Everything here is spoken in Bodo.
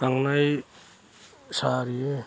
थांनाय सारि